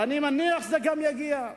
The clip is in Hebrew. ואני מניח שגם זה יגיע.